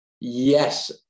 Yes